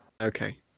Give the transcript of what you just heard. okay